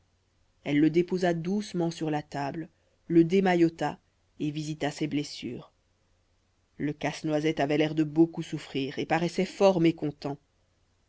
elle le déposa doucement sur la table le démaillota et visita ses blessures le casse-noisette avait l'air de beaucoup souffrir et paraissait fort mécontent